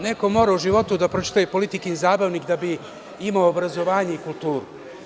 Neko mora u životu da pročita i „Politikin zabavnik“ da bi imao obrazovanje i kulturu.